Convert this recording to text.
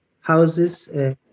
houses